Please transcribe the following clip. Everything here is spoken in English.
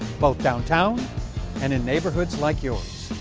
both downtown and in neighborhoods like yours.